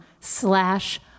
slash